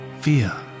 fear